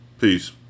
Peace